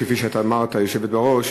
כפי שאמרת, היושבת בראש,